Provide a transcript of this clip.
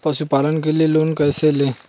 पशुपालन के लिए लोन कैसे लें?